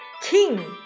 King